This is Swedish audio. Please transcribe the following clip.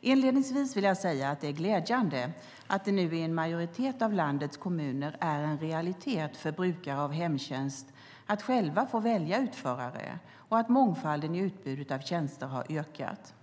Inledningsvis vill jag säga att det är glädjande att det nu i en majoritet av landets kommuner är en realitet för brukare av hemtjänst att själva få välja utförare och att mångfalden i utbudet av tjänster har ökat.